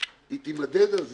היא תימדד על זה.